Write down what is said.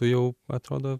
tu jau atrodo